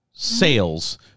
sales